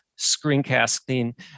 screencasting